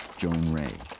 joan ray.